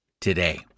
today